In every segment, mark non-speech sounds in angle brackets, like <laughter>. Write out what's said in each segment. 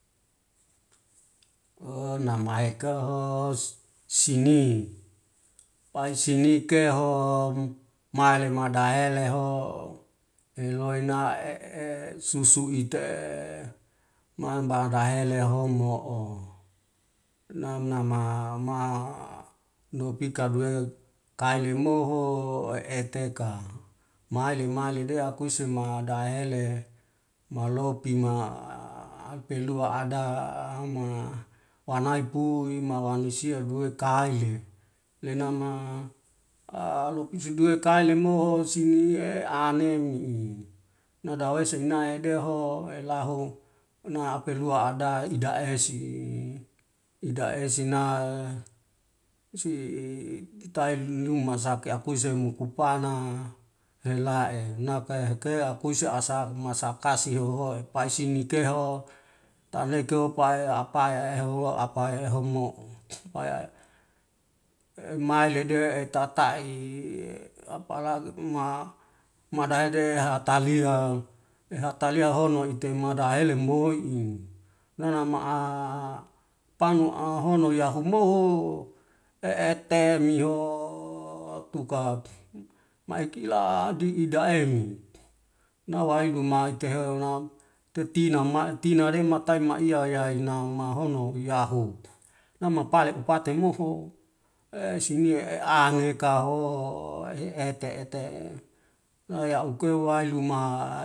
<noise> namikeho si'n pai sini keho male madaele ho eluena <hesitation> susu itee man badahele homo'o nama ma nupika duwe kaelemoho eeteka. Maile malide akusema daele mapoli ma <hesitation> epilua adama wanaipu imawanusia duwe kaile, lenama <hesitation> alupise duwekailemoho sinihe anenei nada wese nai deho elaho na apelua ada ida esi ida esina <hesitation> tenluma sake akuse mu kupana ela ena naka hake akuse asab ma sakasi oho'i pai sinikeho taleko pae apae ehoa apae ehomo <noise> mae lede etaei <hesitation> apalagi ma madahede ehatalia, ehatalia hono itame dahele moi'i enama <hesitation> panua ahono yahumoho eete niho <hesitation> tuka miekila di idaeli nawai luma ekehena titinama tina dematai maiya yaina nama hono yahu, nama pale upate moho <hesitation> sini eane kaho <hesitation> ete ete nayauke wailuma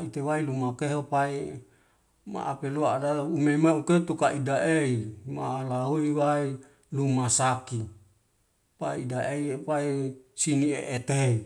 ite wailuma keho pai ma apelua adalo meme uketuk edae'e mala oiy wai luma saki pai edaeye pai sini eeteni.